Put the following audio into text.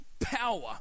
power